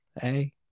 Hey